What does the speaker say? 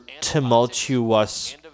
tumultuous